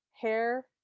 hair